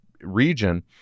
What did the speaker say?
region